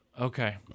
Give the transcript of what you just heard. Okay